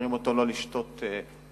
ומזהירים אותו לא לשתות אקונומיקה